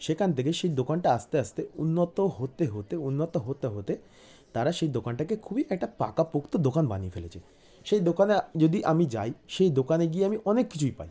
সেখান থেকে সেই দোকানটা আস্তে আস্তে উন্নত হতে হতে উন্নত হতে হতে তারা সেই দোকানটাকে খুবই একটা পাকাপোক্ত দোকান বানিয়ে ফেলেছে সেই দোকানে যদি আমি যাই সেই দোকানে গিয়ে আমি অনেক কিছুই পাই